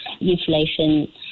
inflation